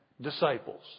disciples